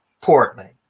Portland